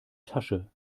tasche